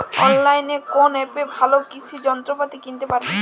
অনলাইনের কোন অ্যাপে ভালো কৃষির যন্ত্রপাতি কিনতে পারবো?